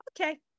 Okay